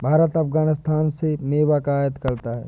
भारत अफगानिस्तान से मेवा का आयात करता है